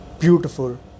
beautiful